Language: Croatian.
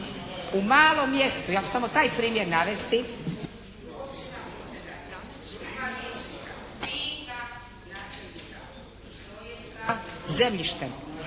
u malom mjestu, ja ću samo taj primjer navesti …